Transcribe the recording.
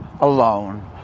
alone